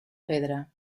pedra